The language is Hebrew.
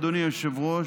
אדוני היושב-ראש,